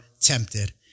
tempted